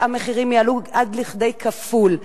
והמחירים יעלו עד לכדי כפול.